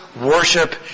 worship